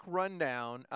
rundown